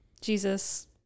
Jesus